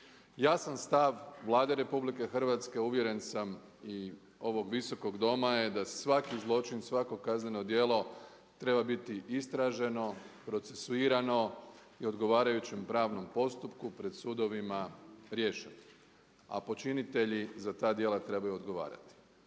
Ja sam stav Vlade RH uvjeren sam i ovog Visokog doma je da se svaki zločin, svako kazneno djelo treba biti istraženo, procesuirano i odgovarajućem pravnom postupku pred sudovima riješeno, a počinitelji za ta djela trebaju odgovarati.